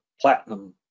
platinum